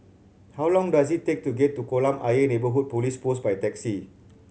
how long does it take to get to Kolam Ayer Neighbourhood Police Post by taxi